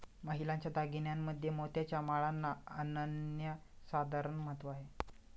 महिलांच्या दागिन्यांमध्ये मोत्याच्या माळांना अनन्यसाधारण महत्त्व आहे